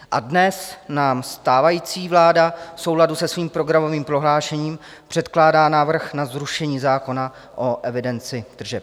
A dnes nám stávající vláda v souladu se svým programovým prohlášením předkládá návrh na zrušení zákona o evidenci tržeb.